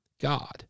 God